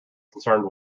concerned